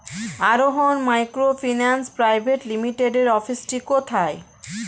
আরোহন microfinance private লিমিটেডের অফিসটি কোথায়?